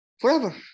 Forever